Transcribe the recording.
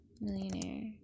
Millionaire